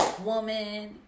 woman